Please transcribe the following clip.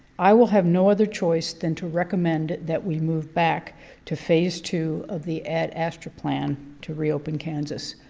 i will have no other choice than to recommend that we move back to phase two of the ad astra plan to reopen, kansas.